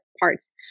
parts